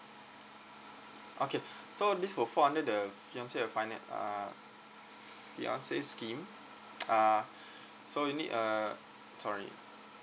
okay so this will fall under the fiance a fina~ uh fiance scheme uh so you need a sorry